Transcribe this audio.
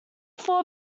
four